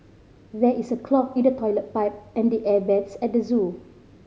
there is a clog in the toilet pipe and the air vents at the zoo